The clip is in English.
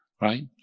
right